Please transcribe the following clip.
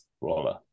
Roller